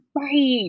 Right